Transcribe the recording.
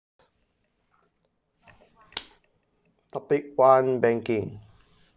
topic one banking